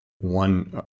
one